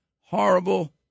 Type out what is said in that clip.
horrible